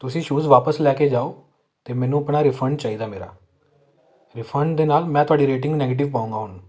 ਤੁਸੀਂ ਸ਼ੂਜ਼ ਵਾਪਸ ਲੈ ਕੇ ਜਾਉ ਅਤੇ ਮੈਨੂੰ ਆਪਣਾ ਰਿਫੰਡ ਚਾਹੀਦਾ ਮੇਰਾ ਰਿਫੰਡ ਦੇ ਨਾਲ ਮੈਂ ਤੁਹਾਡੀ ਰੇਟਿੰਗ ਨੈਗੇਟਿਵ ਪਾਊਂਗਾ ਹੁਣ